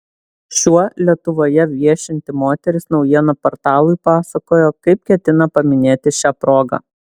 šiuo lietuvoje viešinti moteris naujienų portalui pasakojo kaip ketina paminėti šią progą